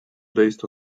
based